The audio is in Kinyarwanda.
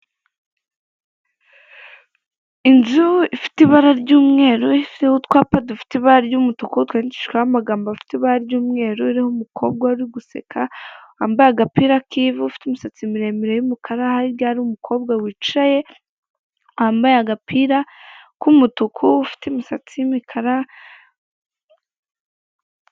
Inzu ifite ibara ry'umweru, ifite utwapa dufite ibara ry'umutuku, yandikishijweho amagambo afite ibara ry'umweru, iriho umukobwa uhora uri guseka wambaye agapira k'ivu ufite imisatsi miremire y'umukara, hirya hari umukobwa wicaye, wambaye agapira k'umutuku ufite imisatsi y'imikara.